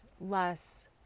less